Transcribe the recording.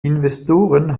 investoren